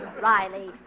Riley